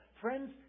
Friends